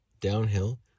downhill